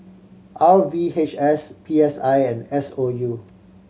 R V H S P S I and S O U